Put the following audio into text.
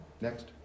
Next